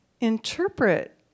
interpret